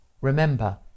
Remember